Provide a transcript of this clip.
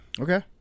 Okay